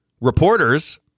reporters